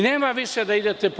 Nema više da idete po…